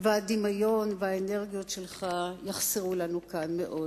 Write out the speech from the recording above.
והדמיון והאנרגיות שלך יחסרו לנו כאן מאוד.